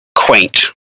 quaint